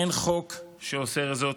אין חוק שאוסר זאת,